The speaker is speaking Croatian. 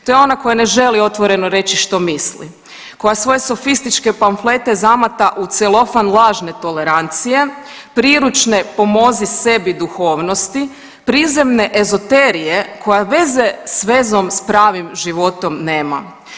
To je ona koja ne želi otvoreno reći što misli, koja svoje sofističke pamflete zamata u celofan lažne tolerancije, priručne pomozi sebi duhovnosti, prizemne ezoterije koja veze s vezom s pravim životom nema.